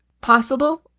possible